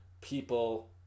people